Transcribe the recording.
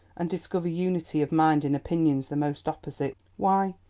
and discover unity of mind in opinions the most opposite why,